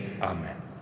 amen